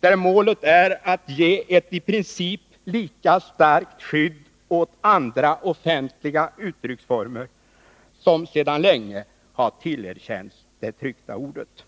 där målet är att ge ett i princip lika starkt skydd åt andra offentliga uttrycksformer som sedan länge har tillerkänts det tryckta ordet.